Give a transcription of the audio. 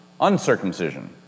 uncircumcision